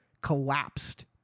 collapsed